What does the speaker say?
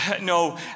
no